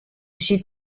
així